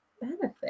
benefit